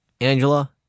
Angela